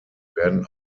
werden